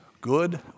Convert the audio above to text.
good